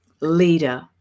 leader